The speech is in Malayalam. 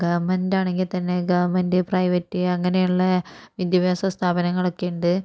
ഗവണ്മെന്റ് ആണെങ്കിൽ തന്നെ ഗവണ്മെന്റ് പ്രൈവറ്റ് അങ്ങനെയുള്ള വിദ്യാഭ്യാസ സ്ഥാപനങ്ങളൊക്കെയുണ്ട്